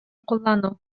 куллану